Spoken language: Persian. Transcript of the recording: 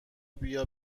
بیا